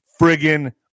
friggin